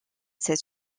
cette